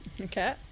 Okay